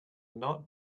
not